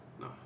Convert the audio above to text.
No